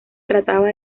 trataba